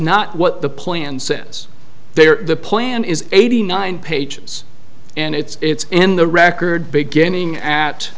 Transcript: not what the plan since they are the plan is eighty nine pages and it's in the record beginning at